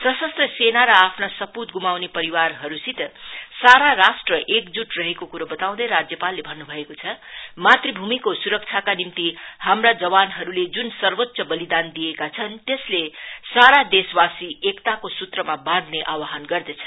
सशस्त्र सेना र सपूत गुमाउने परिवारहरुसित सारा राष्ट्र एक जूट रहेको कुरो बताउँदै राज्यपालले भनु भएको छ मातृभूमिको सुरक्षाका निम्ति हाम्रा जवानहरुले जुन सर्वोच्च बलिदान दिएका छन् त्यसले सारा देशवासी एकताको सूत्रमा बाँहने आव्हान गर्दछ